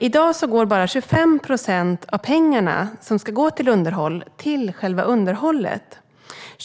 I dag går bara 25 procent av pengarna som ska gå till underhåll till själva underhållet.